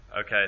Okay